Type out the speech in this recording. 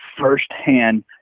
firsthand